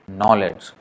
knowledge